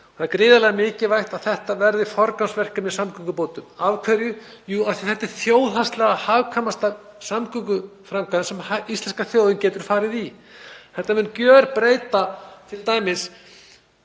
Það er gríðarlega mikilvægt að þetta verði forgangsverkefni í samgöngubótum, Af hverju? Jú, þetta er þjóðhagslega hagkvæmasta samgönguframkvæmd sem íslenska þjóðin getur farið í. Þetta mun gjörbreyta t.d.